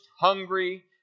hungry